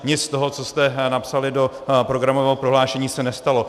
Nic z toho, co jste napsali do programového prohlášení, se nestalo.